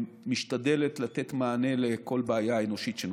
ומשתדלת לתת מענה לכל בעיה אנושית שנוצרה.